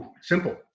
Simple